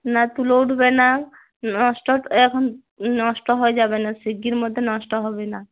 না তুলো উঠবে না নষ্ট এখন নষ্ট হয়ে যাবে না শিগগির মধ্যে নষ্ট হবে না